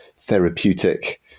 therapeutic